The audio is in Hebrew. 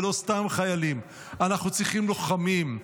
ולא סתם חיילים, אנחנו צריכים לוחמים.